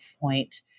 point